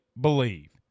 believe